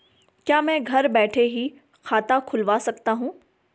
क्या मैं घर बैठे ही खाता खुलवा सकता हूँ?